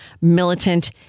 militant